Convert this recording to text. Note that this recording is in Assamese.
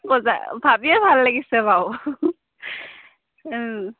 বজাৰ ভাবিয়ে ভাল লাগিছে বাৰু